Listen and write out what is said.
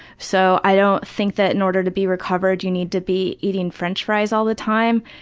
so i don't think that in order to be recovered you need to be eating french fries all the time,